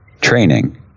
training